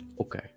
Okay